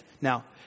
Now